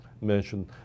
mentioned